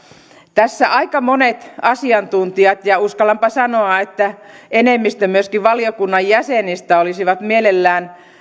tässä aika monet asiantuntijat ja uskallanpa sanoa että enemmistö myöskin valiokunnan jäsenistä olisivat mielellään